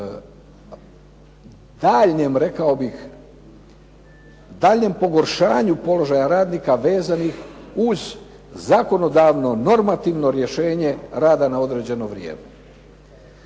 o daljnjem rekao bih pogoršanju položaja radnika vezanih uz zakonodavno normativno rješenje rada na određeno vrijeme.